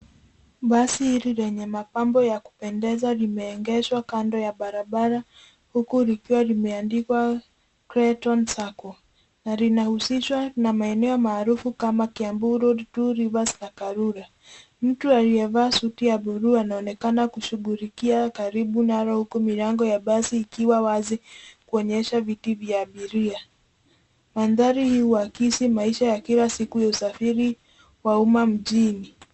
Basi hili lenye mapambo ya kupendeza limeegeshwa kando ya bara bara huku likiwa limeandiwa Cratons Sacco na linahusishwa na maeneo maarufu kama Kiambu, Two Rivers na Karura. Mtu aliyevaa suti ya buluu anaonekana kushughulikia karibu nalo huku milango ya basi ikiwa wazi kuonyesha vitu vya abiria. Mandhari hii huakisi maisha ya kila siku ya usafiri wa umma mjini.